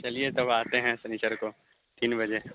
چلیے تب آتے ہیں سنچر کو تین بجے